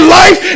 life